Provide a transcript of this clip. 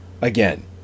again